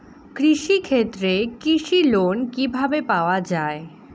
কৃষি ক্ষেত্রে কৃষি লোন কিভাবে পাওয়া য়ায়?